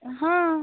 हां